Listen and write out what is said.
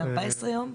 מ-14 ימים?